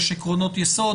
יש עקרונות יסוד,